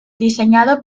diseñado